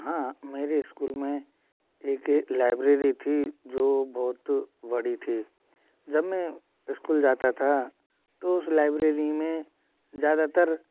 हाँ मेरे स्कूल में एक लाइब्रेरी थी जो बहुत बड़ी थी जब मैं स्कूल जाता था तो उस लाइब्रेरी में ज्यादातर